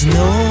no